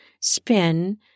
spin